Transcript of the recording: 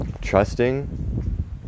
Trusting